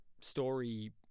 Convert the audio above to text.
story